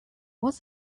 was